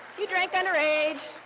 you drank underage,